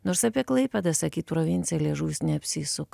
nors apie klaipėdą sakyt provincija liežuvis neapsisuka